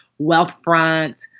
Wealthfront